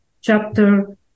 chapter